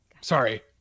sorry